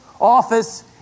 office